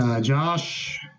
Josh